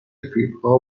فیبرها